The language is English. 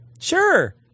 Sure